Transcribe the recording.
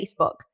Facebook